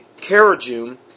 Carajum